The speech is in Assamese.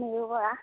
নিৰু বৰা